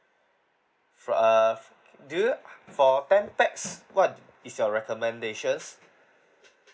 for uh f~ f~ do you uh for ten pax what is your recommendations